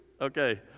Okay